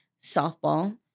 softball